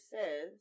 says